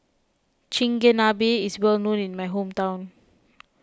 Chigenabe is well known in my hometown